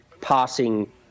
passing